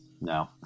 No